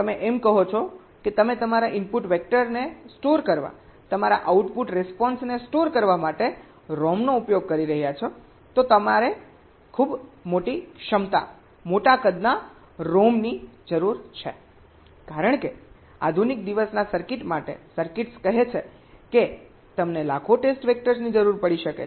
જો તમે એમ કહો છો કે તમે તમારા ઇનપુટ વેક્ટરને સ્ટોર કરવા તમારા આઉટપુટ રિસ્પોન્સને સ્ટોર કરવા માટે ROM નો ઉપયોગ કરી રહ્યા છો તો તમારે ખૂબ મોટી ક્ષમતા મોટા કદના ROM ની જરૂર છે કારણ કે આધુનિક દિવસના સર્કિટ માટે સર્કિટ્સ કહે છે કે તમને લાખો ટેસ્ટ વેક્ટર્સ ની જરૂર પડી શકે છે